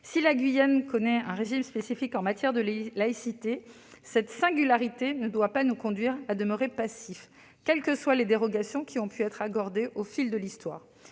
Si la Guyane connaît un régime spécifique en matière de laïcité, cette singularité ne doit pas nous conduire à demeurer passifs, quelles que soient les dérogations qui ont pu être accordées au fil de l'histoire.